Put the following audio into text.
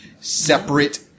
separate